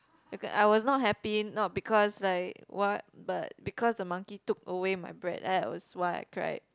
okay I was not happy not because like what but because the monkey took away my bread that was why I cried